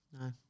No